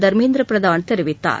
தர்மேந்திர பிரதான் தெரிவித்தார்